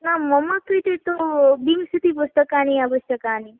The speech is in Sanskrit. न मम कृते तु विंसतिः पुस्तकानि आवश्यकानि